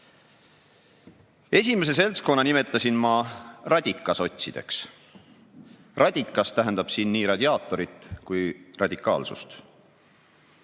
seltskonna nimetasin ma radikasotsideks. Sõna "radikas" tähendab siin nii radiaatorit kui ka radikaalsust.